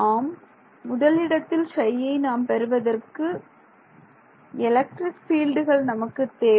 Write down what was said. ஆம் முதல் இடத்தில் Ψயை நாம் பெறுவதற்கு எலக்ட்ரிக்கல் பீல்டுகள் நமக்கு தேவை